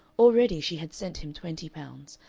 already she had sent him twenty pounds,